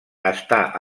està